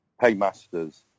paymasters